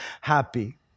happy